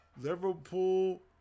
Liverpool